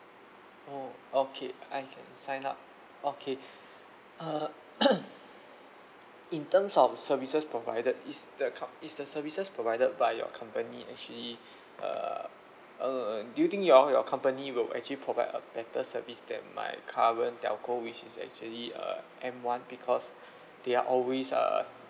oh okay I can sign up okay err in terms of services provided is the comp~ is the services provided by your company actually uh uh do you think your your company will actually provide a better service than my current telco which is actually uh M one because they are always uh